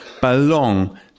belong